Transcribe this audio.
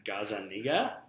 Gazaniga